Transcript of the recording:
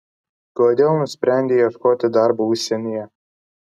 kodėl nusprendei ieškoti darbo užsienyje